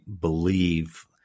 believe